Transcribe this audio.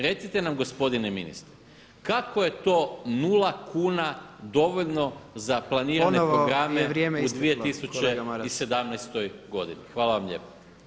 Recite nam gospodine ministre, kako je to nula kuna dovoljno za planirane programe u 2017. godini? [[Upadica Jandroković: Ponovo je vrijeme isteklo kolega Maras.]] Hvala vam lijepo.